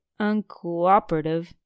uncooperative